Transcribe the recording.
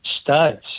studs